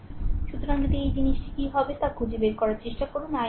সুতরাং যদি এই জিনিসটি কী হবে তা খুঁজে বের করার চেষ্টা করুন i1